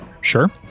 Sure